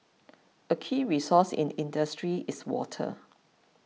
a key resource in industry is water